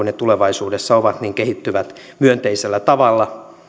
ne tulevaisuudessa ovat kehittyvät myönteisellä tavalla